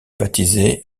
baptisé